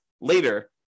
later